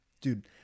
dude